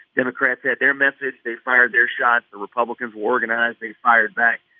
democrats had their message. they fired their shots. the republicans were organized. they fired back.